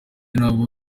n’abo